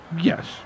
Yes